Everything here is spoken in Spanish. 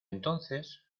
entonces